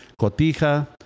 cotija